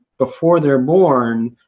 before they're born,